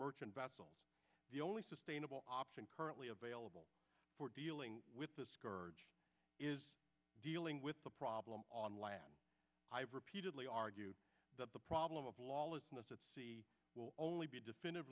merchant vessels the only sustainable option currently available for dealing with this scourge is dealing with the problem on land i have repeatedly argued that the problem of lawlessness at sea will only be